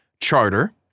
charter